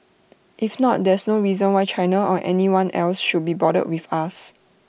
if not there's no reason why China or anyone else should be bothered with us